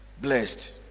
blessed